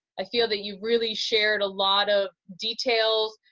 i feel that you really shared a lot of details.